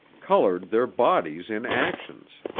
coloured their bodies in actions.